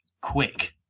Quick